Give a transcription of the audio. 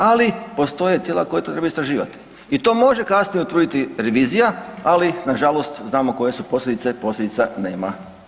Ali postoje tijela koja to trebaju istraživati i to može kasnije utvrditi revizija, ali nažalost znamo koje su posljedice, posljedica nema.